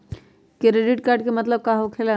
Credit card के मतलब का होकेला?